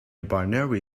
binary